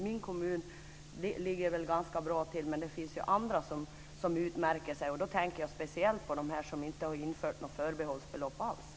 Min kommun ligger väl ganska bra till, men det finns ju andra som utmärker sig. Jag tänker då speciellt på de kommuner som inte infört något förbehållsbelopp alls.